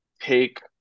take